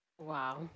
Wow